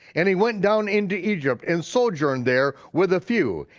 and he went down into egypt and sojourned there with a few,